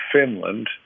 Finland